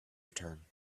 return